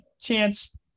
chance